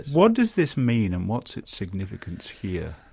what does this mean and what's its significance here?